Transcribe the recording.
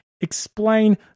explain